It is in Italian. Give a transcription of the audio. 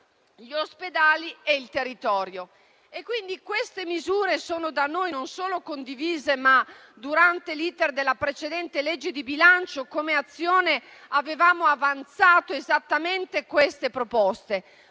gli ospedali e il territorio. Queste misure quindi non solo da noi sono condivise, ma durante l'*iter* della precedente legge di bilancio, come Azione, avevamo avanzato esattamente le stesse proposte.